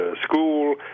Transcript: school